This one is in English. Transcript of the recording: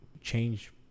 change